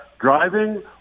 driving